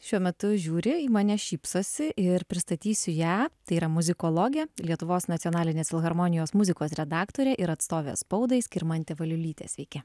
šiuo metu žiūri į mane šypsosi ir pristatysiu ją tai yra muzikologė lietuvos nacionalinės filharmonijos muzikos redaktorė ir atstovė spaudai skirmantė valiulytė sveiki